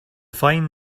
fine